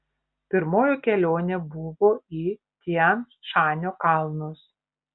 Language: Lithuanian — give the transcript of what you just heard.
pirmoji kelionė buvo į tian šanio kalnus